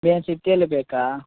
main ಸಿಟಿಯಲ್ಲಿ ಬೇಕಾ